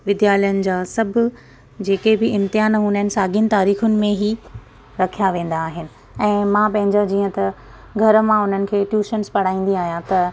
विद्यालयनि जा सभु जेके बि इम्तिहान हूंदा आहिनि साॻियुनि तारीख़ुनि में ई रखिया वेन्दा आहिनि ऐं मां जीअं त घर मां हुननि खे टयूशंस पढ़ाईंदी आहियां त